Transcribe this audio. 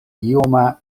ioma